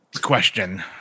question